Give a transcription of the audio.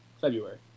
February